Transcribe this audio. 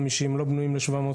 ל-750